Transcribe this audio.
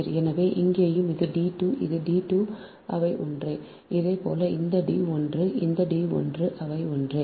எனவே இங்கேயும் இது d 2 இது d 2 அவை ஒன்றே அதேபோல் இந்த d 1 இந்த d 1 அவை ஒன்றே